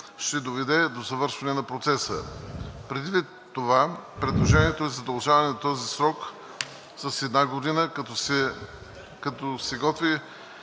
ще доведе до завършване на процеса. Предвид това, предложението е за удължаване на този срок с една година, като са готови